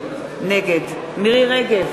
נגד מירי רגב,